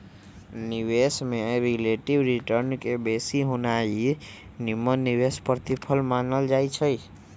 निवेश में relative return के बेशी होनाइ निम्मन निवेश प्रतिफल मानल जाइ छइ